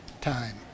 time